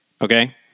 Okay